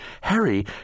Harry